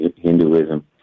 Hinduism